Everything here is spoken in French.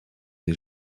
des